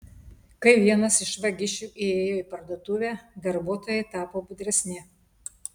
kai vienas iš vagišių įėjo į parduotuvę darbuotojai tapo budresni